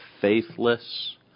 faithless